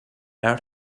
out